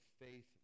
faith